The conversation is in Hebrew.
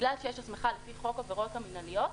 בגלל שיש הסמכה על פי חוק עבירות מנהליות,